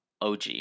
OG